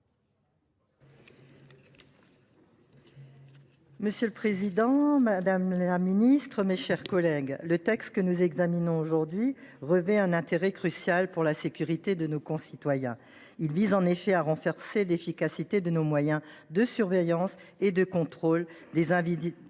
Monsieur le président, madame la ministre, mes chers collègues, le texte que nous examinons aujourd’hui revêt un intérêt crucial pour la sécurité de nos concitoyens. Il vise en effet à renforcer l’efficacité de nos moyens de surveillance et de contrôle des individus